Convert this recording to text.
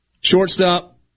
Shortstop